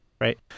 right